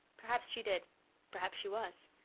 perhaps she did perhaps she was.